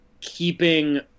keeping